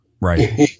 Right